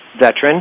veteran